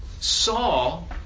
Saul